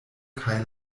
kaj